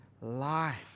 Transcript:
life